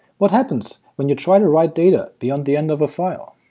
what happens when you try to write data beyond the end of a file?